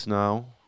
now